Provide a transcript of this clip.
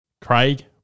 Craig